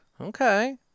Okay